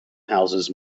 houses